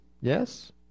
Yes